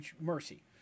Mercy